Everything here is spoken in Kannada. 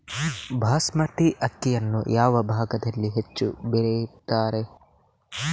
ಬಾಸ್ಮತಿ ಅಕ್ಕಿಯನ್ನು ಯಾವ ಭಾಗದಲ್ಲಿ ಹೆಚ್ಚು ಬೆಳೆಯುತ್ತಾರೆ?